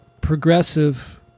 progressive